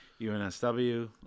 UNSW